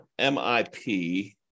MIP